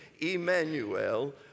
Emmanuel